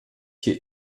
hier